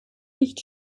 nicht